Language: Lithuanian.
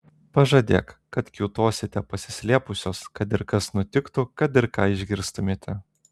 pažadėk kad kiūtosite pasislėpusios kad ir kas nutiktų kad ir ką išgirstumėte